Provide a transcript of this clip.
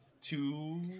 two